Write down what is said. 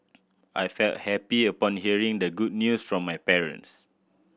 I felt happy upon hearing the good news from my parents